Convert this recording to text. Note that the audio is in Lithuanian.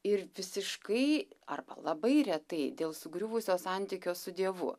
ir visiškai arba labai retai dėl sugriuvusio santykio su dievu